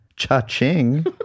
Cha-ching